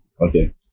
Okay